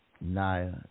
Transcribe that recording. Naya